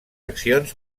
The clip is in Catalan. accions